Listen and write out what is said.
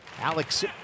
Alex